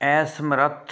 ਅਸਮਰੱਥ